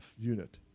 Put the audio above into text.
unit